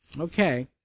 Okay